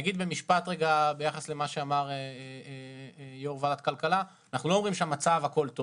לגבי מה שאמר יושב-ראש ועדת הכלכלה: איננו אומרים שהכול טוב,